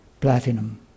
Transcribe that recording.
platinum